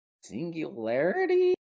Singularity